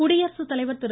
குடியரசு தலைவர் திரு